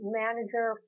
manager